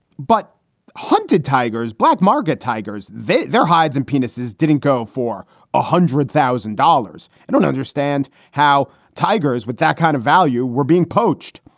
but hunted tigers, black market tigers, their hides and penises didn't go for a hundred thousand dollars. i don't understand how tigers with that kind of value were being poached.